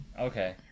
Okay